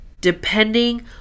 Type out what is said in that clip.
depending